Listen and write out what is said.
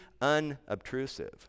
unobtrusive